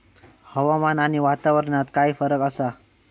हवामान आणि वातावरणात काय फरक असा?